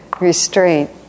restraint